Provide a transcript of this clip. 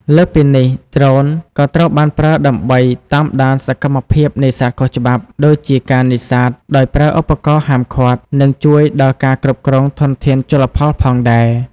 លើសពីនេះ ដ្រូនក៏ត្រូវបានប្រើដើម្បីតាមដានសកម្មភាពនេសាទខុសច្បាប់ ដូចជាការនេសាទដោយប្រើឧបករណ៍ហាមឃាត់ និងជួយដល់ការគ្រប់គ្រងធនធានជលផលផងដែរ។